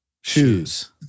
Shoes